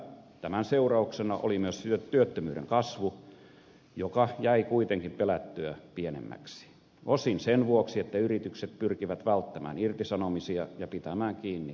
tämän seurauksena oli myös työttömyyden kasvu joka jäi kuitenkin pelättyä pienemmäksi osin sen vuoksi että yritykset pyrkivät välttämään irtisanomisia ja pitämään kiinni työvoimastaan